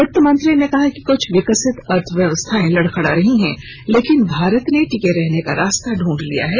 वित्तमंत्री ने कहा कि कुछ विकसित अर्थव्यवस्थाएं लड़खड़ा रही हैं लेकिन भारत ने टिके रहने का रास्ता ढूंढ लिया है